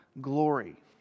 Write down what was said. glory